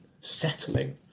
settling